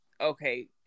okay